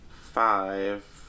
Five